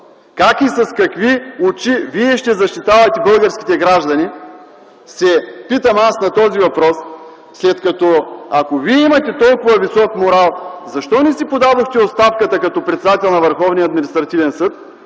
Как и с какви очи Вие ще защитавате българските граждани, си задавам аз този въпрос, след като ако Вие имате толкова висок морал, защо не си подадохте оставката като председател на